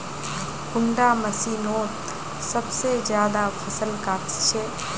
कुंडा मशीनोत सबसे ज्यादा फसल काट छै?